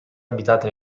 abitate